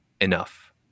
enough